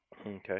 Okay